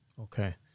Okay